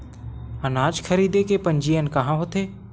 अनाज खरीदे के पंजीयन कहां होथे?